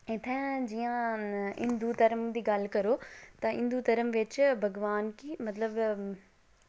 इत्थै जि'यां हिंदु घर्म दी गल्ल करो ते हिंदु धर्म बिच्च भगवान गी मतलब